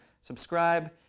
subscribe